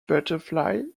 butterfly